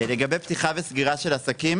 לגבי פתיחה וסגירה של עסקים